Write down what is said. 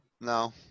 No